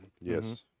Yes